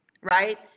right